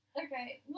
okay